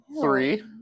three